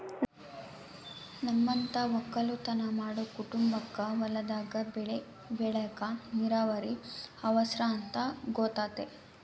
ನಮ್ಮಂತ ವಕ್ಕಲುತನ ಮಾಡೊ ಕುಟುಂಬಕ್ಕ ಹೊಲದಾಗ ಬೆಳೆ ಬೆಳೆಕ ನೀರಾವರಿ ಅವರ್ಸ ಅಂತ ಗೊತತೆ